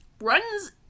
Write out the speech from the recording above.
runs